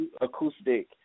acoustic